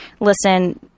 listen